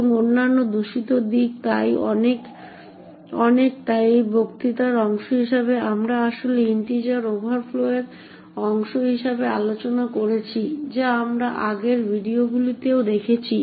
এবং অন্যান্য দূষিত দিক অনেক তাই এই বক্তৃতার অংশ হিসেবে আমরা আসলে ইন্টিজার ওভারফ্লো এর অংশ হিসাবে আলোচনা করেছি যা আমরা আগের ভিডিওগুলিতে দেখেছি